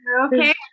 okay